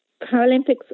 Paralympics